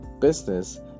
business